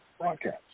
broadcast